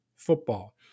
football